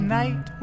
night